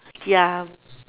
ya